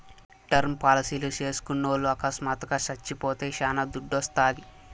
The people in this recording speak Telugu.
టర్మ్ పాలసీలు చేస్కున్నోల్లు అకస్మాత్తుగా సచ్చిపోతే శానా దుడ్డోస్తాది